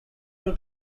two